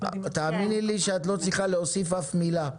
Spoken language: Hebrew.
תאמיני לי שאת לא צריכה להוסיף אף מילה.